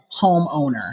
homeowner